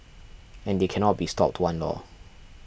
and they cannot be stopped one lor